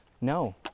No